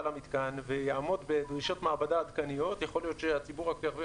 בהתאם לנסיבות בהקדם האפשרי.